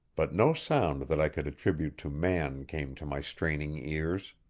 but no sound that i could attribute to man came to my straining ears.